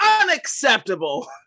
Unacceptable